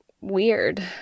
weird